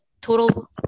total